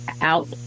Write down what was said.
out